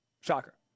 Shocker